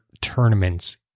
tournaments